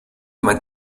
mein